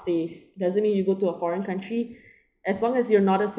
safe doesn't mean you go to a foreign country as long as you're not a cit~